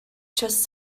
just